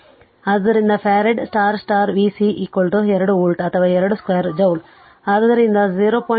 ಆದ್ದರಿಂದ farad v C 2 volt ಅಥವಾ 2 2 joule ಆದ್ದರಿಂದ 0